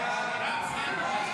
ההצעה להעביר